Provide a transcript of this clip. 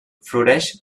floreix